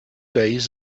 days